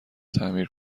تعمیر